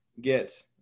get